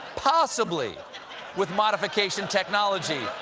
possibly with modification technology.